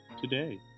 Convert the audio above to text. today